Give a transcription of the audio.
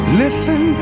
listen